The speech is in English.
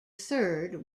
third